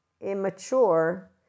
immature